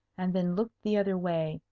and then looked the other way,